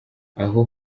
aho